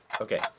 Okay